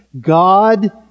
God